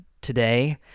today